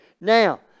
Now